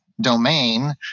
domain